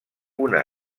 una